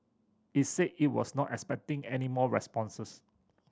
it said it was not expecting any more responses